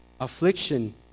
affliction